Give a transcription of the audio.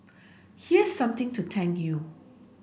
here's something to thank you